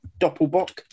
Doppelbock